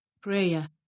Prayer